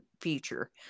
future